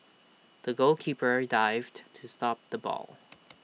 the goalkeeper dived to stop the ball